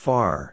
Far